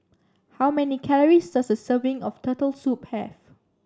how many calories does a serving of Turtle Soup have